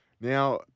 Now